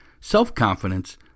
self-confidence